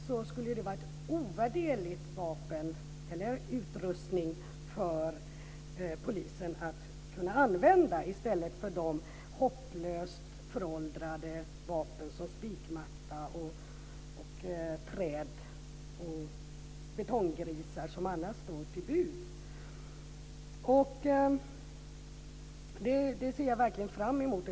Det skulle vara en ovärderlig utrustning för polisen som man skulle kunna använda i stället för de hopplöst föråldrade vapen som annars står till buds, som spikmatta, träd och betonggrisar. Det här ser jag verkligen fram emot.